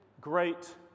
great